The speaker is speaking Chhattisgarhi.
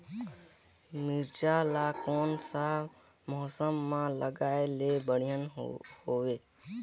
मिरचा ला कोन सा मौसम मां लगाय ले बढ़िया हवे